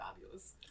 fabulous